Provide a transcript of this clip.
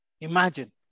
Imagine